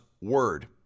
word